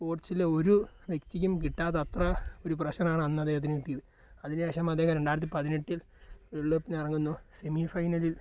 സ്പോർട്സിലെ ഒരു വ്യക്തിക്കും കിട്ടാത്തത്ര ഒരു പ്രഷറാണ് അന്നദ്ദേഹത്തിനു കിട്ടിയത് അതിന് ശേഷം അദ്ദേഹം രണ്ടായിരത്തി പതിനെട്ടിൽ വേൾഡ് കപ്പിനിറങ്ങുന്നു സെമി ഫൈനലിൽ